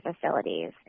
facilities